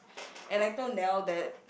and I told Niel that